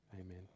Amen